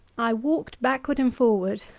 i walked backward and forward.